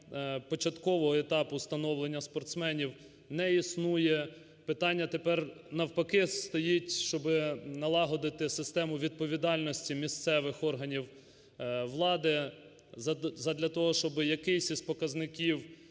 початкового етапу встановлення спортсменів не існує, питання тепер навпаки стоїть, щоб налагодити систему відповідальності місцевих органів влади задля того, щоб якийсь із показників,